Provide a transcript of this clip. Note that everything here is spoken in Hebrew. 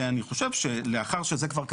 ואני חושב שלאחר שזה כבר קרה,